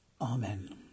Amen